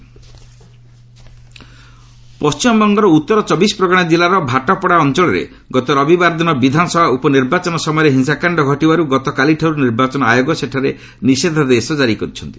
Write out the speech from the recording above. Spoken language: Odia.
ଡବ୍ଲୁବି ଭାଟପଡ଼ା ପଶ୍ଚିମବଙ୍ଗର ଉତ୍ତର ଚବିଶପ୍ରଗଣା ଜିଲ୍ଲାର ଭାଟପଡ଼ା ଅଞ୍ଚଳରେ ଗତ ରବିବାର ଦିନ ବିଧାନସଭା ଉପନିର୍ବାଚନ ସମୟରେ ହିଂସାକାଣ୍ଡ ଘଟିବାରୁ ଗତକାଲିଠାରୁ ନିର୍ବାଚନ ଆୟୋଗ ସେଠାରେ ନିଷେଧାଦେଶ ଜାରି କରିଛନ୍ତି